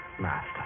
master